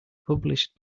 published